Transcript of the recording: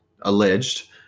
alleged